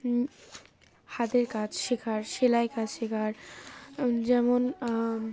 হাতের কাজ শেখার সেলাই কাজ শেখার যেমন